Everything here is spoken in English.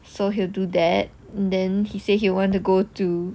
so he'll do that then he said he want to go to